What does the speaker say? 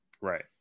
right